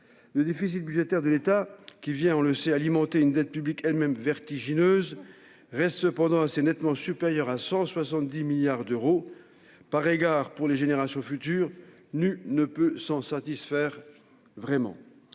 Le déficit budgétaire de l'État, dont on sait bien qu'il alimente une dette publique elle-même vertigineuse, reste cependant assez nettement supérieur à 170 milliards d'euros. Par égard pour les générations futures, nul ne peut vraiment